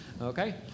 Okay